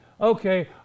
Okay